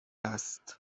است